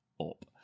up